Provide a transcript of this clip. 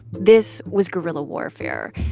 this was guerrilla warfare.